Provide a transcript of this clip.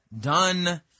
Done